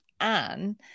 Anne